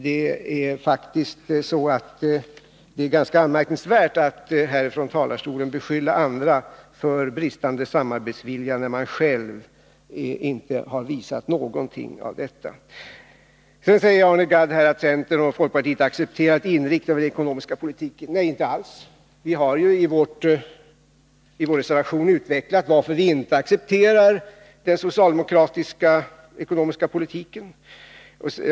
Det är ganska anmärkningsvärt att man här ifrån talarstolen beskyller andra för brist på samarbetsvilja när man själv inte visat någonting av detta. Sedan säger Arne Gadd att centern och folkpartiet accepterat inriktningen av den ekonomiska politiken. Nej, inte alls! Vi har i vår reservation utvecklat varför vi inte accepterar den socialdemokratiska ekonomiska politiken.